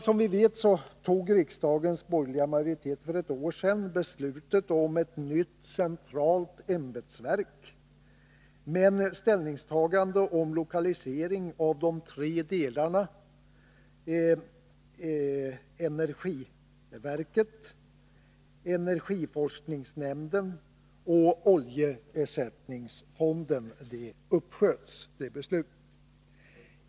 Som vi vet tog riksdagens borgerliga majoritet för ett år sedan beslutet om ett nytt centralt ämbetsverk, men ställningstagandet om lokalisering av de tre delarna — energiverket, energiforskningsnämnden och oljeersättningsfonden — uppsköts.